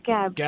Cab